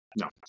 no